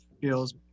feels